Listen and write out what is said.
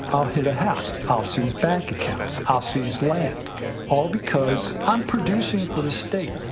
i'll hit a house, i'll seize bank accounts, i'll seize land all because i'm producing for the state.